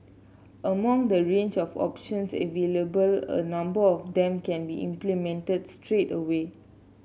among the range of options available a number of them can be implemented straight away